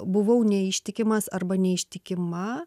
buvau neištikimas arba neištikima